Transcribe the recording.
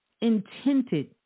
intended